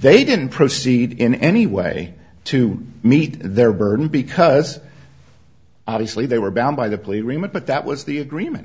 they didn't proceed in any way to meet their burden because obviously they were bound by the plea agreement but that was the agreement